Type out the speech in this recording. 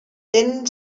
tenen